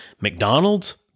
McDonald's